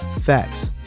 facts